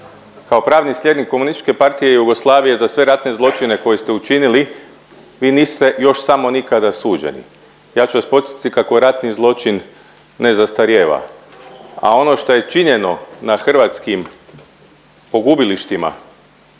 Kao pravni slijednik Komunističke partije Jugoslavije za sve ratne zločine koje ste učinili, vi niste još samo nikada suđeni. Ja ću vas podsjetiti kako ratni zločin ne zastarijeva, a ono što je činjeno na hrvatskim pogubilištima,